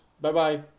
bye-bye